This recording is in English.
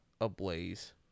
ablaze